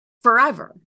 forever